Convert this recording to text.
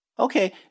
Okay